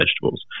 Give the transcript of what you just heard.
vegetables